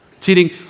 Cheating